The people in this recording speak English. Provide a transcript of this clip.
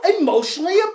emotionally